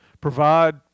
provide